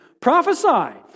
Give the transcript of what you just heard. Prophesy